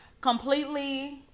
completely